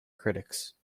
critics